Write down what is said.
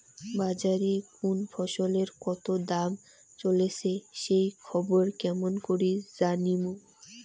বাজারে কুন ফসলের কতো দাম চলেসে সেই খবর কেমন করি জানীমু?